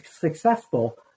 successful